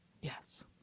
Yes